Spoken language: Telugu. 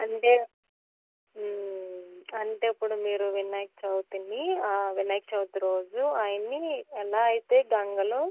అంటే అంటే ఇప్పుడు మీరు వినాయక చవితిని వినాయక చవితి రోజు ఆయన్ని ఎలా అయితే గంగలో